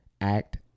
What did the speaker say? act